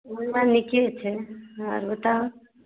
नहि नीके छै आर बताउ